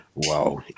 Wow